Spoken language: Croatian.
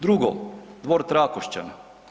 Drugo, dvor Trakošćane.